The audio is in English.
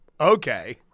okay